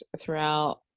throughout